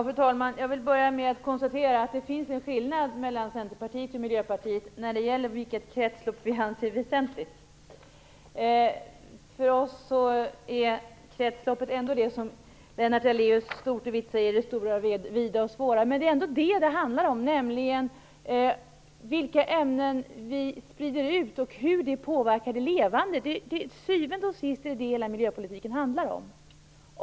Fru talman! Jag vill börja med att konstatera att det finns en skillnad mellan Centerpartiet och Miljöpartiet när det gäller vilket kretslopp som vi anser vara väsentligt. För oss innebär begreppet kretsloppet det som Lennart Daléus beskriver som det stora och vida. Det handlar om vilka ämnen vi sprider ut och hur det påverkar det levande. Till syvende och sist är det detta hela miljöpolitiken handlar om.